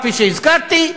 כפי שהזכרתי,